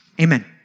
amen